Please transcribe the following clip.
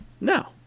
no